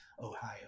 Ohio